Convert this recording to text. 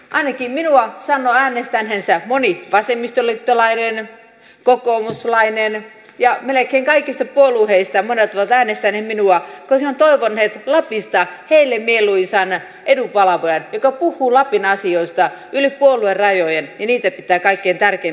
ainakin minua sanoi äänestäneensä moni vasemmistoliittolainen kokoomuslainen melkein kaikista puolueista monet ovat äänestäneet minua koska he ovat toivoneet lapista heille mieluisan edunvalvojan joka puhuu lapin asioista yli puoluerajojen ja pitää niitä kaikkein tärkeimpinä asioina